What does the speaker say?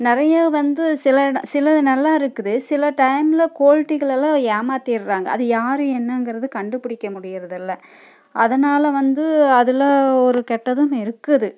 நிறையா வந்து சில இடங் சிலது நல்லா இருக்குது சில டைமில் குவாலிட்டிகளில் எல்லாம் ஏமாற்றிறாங்க அது யார் என்னங்கிறது கண்டுபிடிக்க முடிகிறதில்ல அதனால் வந்து அதில் ஒரு கெட்டதும் இருக்குது